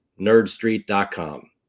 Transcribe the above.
NerdStreet.com